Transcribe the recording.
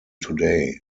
today